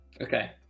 Okay